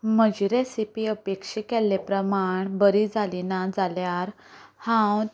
म्हजी रेसिपी अपेक्षा केल्ले प्रमाण बरी जाली ना जाल्यार हांव